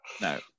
No